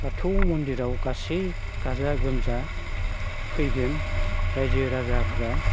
बाथौ मन्दिराव गासै गाजा गोमजा फैगोन रायजो राजाफ्रा